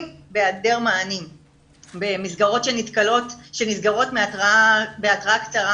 בהיעדר מענים במסגרות שנסגרות בהתראה קצרה,